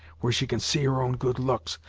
where she can see her own good looks,